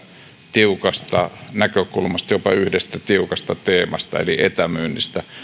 tiukasta näkökulmasta jopa yhdestä tiukasta teemasta eli etämyynnistä kun meidän